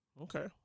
Okay